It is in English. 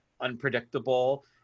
unpredictable